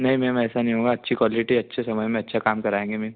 नहीं मैम ऐसा नहीं होगा अच्छी क्वालिटी अच्छे समय में अच्छा काम कराएंगे मेम